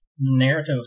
narrative